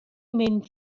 mynd